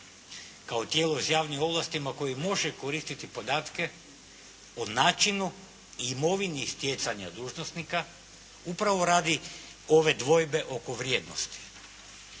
kao tijelo s javnim ovlastima koje može koristiti podatke o načinu i imovini stjecanja dužnosnika upravo radi ove dvojbe oko vrijednosti.